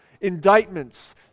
Indictments